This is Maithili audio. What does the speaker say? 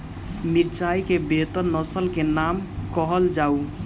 मिर्चाई केँ बेहतर नस्ल केँ नाम कहल जाउ?